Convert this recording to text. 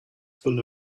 full